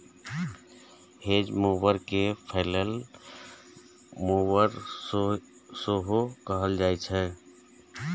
hedge mower कें फलैले mower सेहो कहल जाइ छै